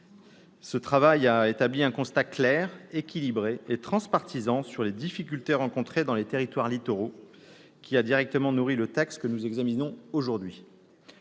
Ce travail a établi un constat clair, équilibré et transpartisan sur les difficultés rencontrées dans les territoires littoraux, qui a directement nourri le texte que nous examinons aujourd'hui.